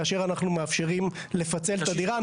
כאשר אנחנו מאפשרים לפצל את הדירה,